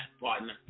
partner